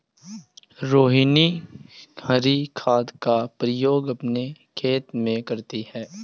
रोहिनी हरी खाद का प्रयोग अपने खेत में करती है